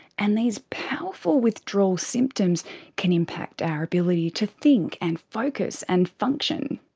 and these powerful withdrawal symptoms can impact our ability to think and focus and function.